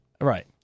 right